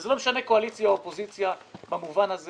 וזה לא משנה קואליציה או אופוזיציה במובן הזה.